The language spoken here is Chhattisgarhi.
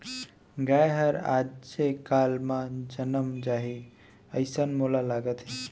गाय हर आजे काल म जनम जाही, अइसन मोला लागत हे